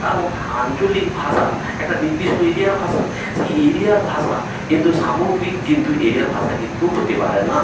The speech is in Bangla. কারণ আঞ্চলিক ভাষা একটা নির্দিষ্ট এরিয়ার ভাষা সেই এরিয়ার ভাষা কিন্তু সামগ্রিক কিন্তু এরিয়ার ভাষা কিন্তু হতে পারে না